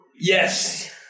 Yes